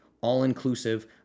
all-inclusive